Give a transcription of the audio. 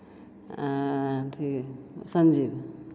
अथि संजीव